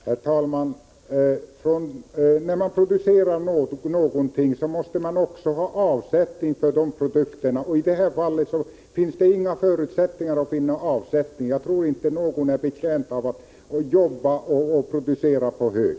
Herr talman! När man producerar någonting måste man också ha avsättning för sina produkter. I det här fallet finns det inga förutsättningar att finna avsättning, och jag tror inte att någon är betjänt av att producera på hög.